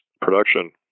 production